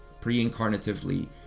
pre-incarnatively